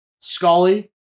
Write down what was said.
Scully